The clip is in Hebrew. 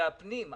זה משרד הפנים.